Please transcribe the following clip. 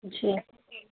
جی